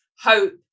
hope